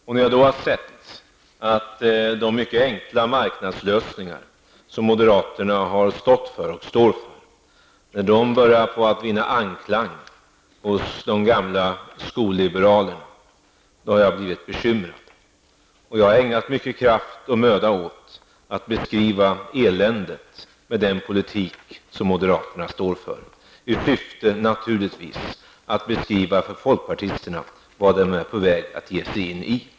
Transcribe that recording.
När jag då har funnit att de mycket enkla marknadslösningar som moderaterna har stått och står för börjar vinna anklang hos de gamla skolliberalerna, har jag blivit bekymrad. Jag har ägnat stor kraft och mycken möda åt att beskriva eländet med den politik som moderaterna står för, i syfte naturligtvis att beskriva för folkpartisterna vad de är på väg att ge sig in i.